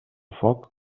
foc